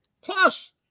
Plus